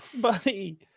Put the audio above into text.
Buddy